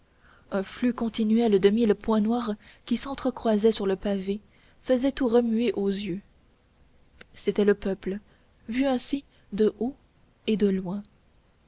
un flux continuel de mille points noirs qui s'entrecroisaient sur le pavé faisait tout remuer aux yeux c'était le peuple vu ainsi de haut et de loin